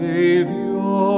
Savior